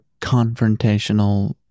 confrontational